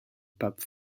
pape